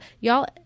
y'all